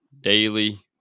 daily